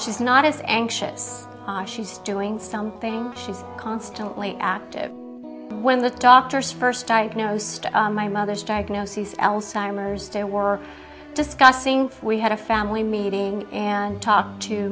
she's not as anxious as she's doing something she's constantly active when the doctors first diagnosed my mother's diagnoses else timers they were discussing we had a family meeting and talked to